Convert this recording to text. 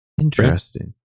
Interesting